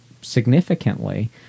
significantly